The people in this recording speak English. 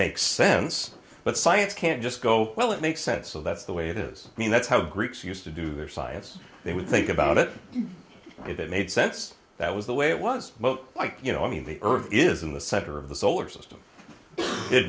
makes sense but science can't just go well it makes sense so that's the way it is i mean that's how the greeks used to do their science they would think about it if it made sense that was the way it was but like you know i mean the earth is in the center of the solar system it